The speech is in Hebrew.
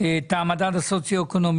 את המדד הסוציואקונומי.